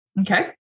Okay